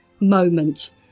moment